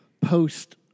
post